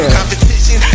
competition